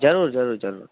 જરૂર જરૂર જરૂર